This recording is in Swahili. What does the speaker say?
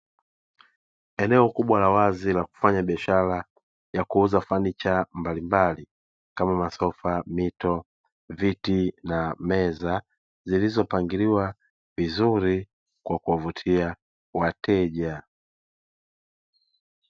Eneo kubwa la wazi la kufanya biashara ya kuuza fanicha mbalimbali kama masofa, mito, viti na meza zilizopangiliwa vizuri kwa kuwavutia wateja.